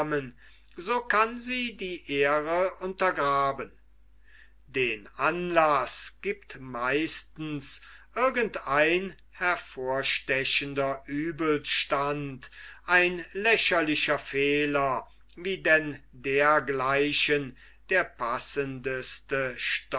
so kann sie die ehre untergraben den anlaß giebt meistens irgend ein hervorstechender uebelstand ein lächerlicher fehler wie denn dergleichen der passendeste